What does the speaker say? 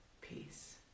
Peace